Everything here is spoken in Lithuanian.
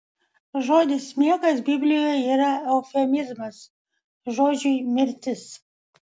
žodis miegas biblijoje yra eufemizmas žodžiui mirtis